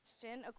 question